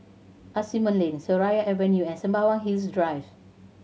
Asimont Lane Seraya Avenue and Sembawang Hills Drive